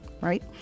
right